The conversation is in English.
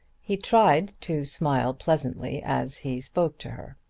he tried to smile pleasantly as he spoke to her.